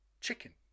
chicken